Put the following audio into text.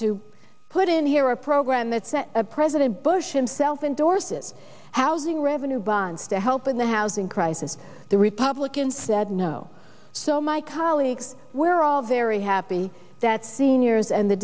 to put in here a program as a president bush himself indorse is housing revenue bonds to help in the housing crisis the republicans said no so my colleagues we're all very happy that seniors and the